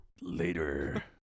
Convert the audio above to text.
Later